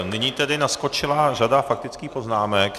Nyní tedy naskočila řada faktických poznámek.